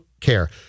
care